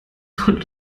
wurde